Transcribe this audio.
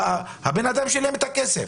האדם שילם כסף,